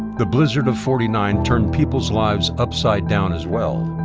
the blizzard of forty nine turned people's lives upside down, as well.